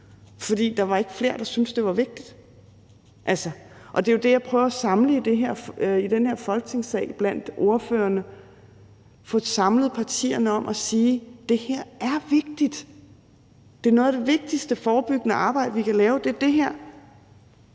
fordi der ikke var flere, der syntes, det var vigtigt. Og der er det jo, jeg prøver at samle ordførerne i den her Folketingssal, samle partierne om at sige, at det her er vigtigt. Noget af det vigtigste forebyggende arbejde, vi kan lave, er det her.